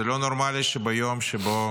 זה לא נורמלי שביום שבו